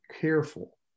careful